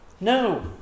No